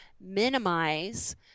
minimize